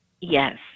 yes